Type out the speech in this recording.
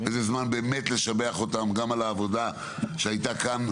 וזה זמן במאת לשבח אותם גם על העבודה שהייתה כאן.